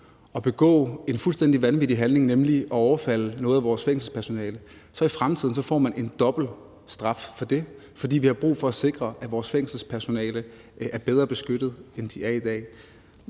at begå en fuldstændig vanvittig handling, nemlig at overfalde noget af vores fængselspersonale, så får man i fremtiden en dobbelt straf for det, fordi vi har brug for at sikre, at vores fængselspersonale er bedre beskyttet, end de er i dag.